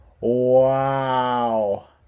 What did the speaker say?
Wow